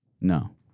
No